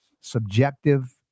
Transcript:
subjective